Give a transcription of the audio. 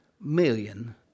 million